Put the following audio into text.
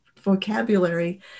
vocabulary